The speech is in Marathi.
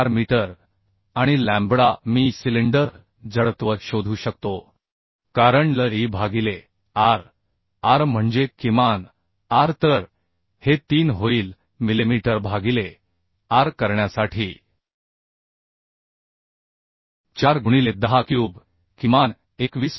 4 मीटर आणि लॅम्बडा मी सिलिंडर जडत्व शोधू शकतो कारण L e भागिले r r म्हणजे किमान r तर हे 3 होईल मिलिमीटर भागिले आर करण्यासाठी 4 गुणिले 10 क्यूब किमान 21